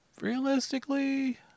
realistically